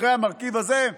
אחרי המרכיב הזה,